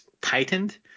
tightened